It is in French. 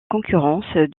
concurrence